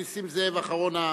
נסים זאב הוא האחרון.